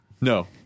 No